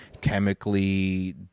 chemically